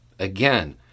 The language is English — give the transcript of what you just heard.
Again